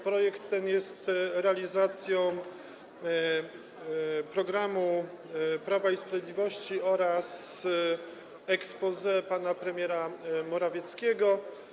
Projekt ten jest realizacją programu Prawa i Sprawiedliwości oraz exposé pana premiera Morawieckiego.